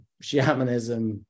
shamanism